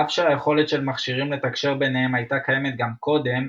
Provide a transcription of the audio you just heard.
אף שהיכולת של מכשירים לתקשר ביניהם הייתה קיימת גם קודם,